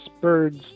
birds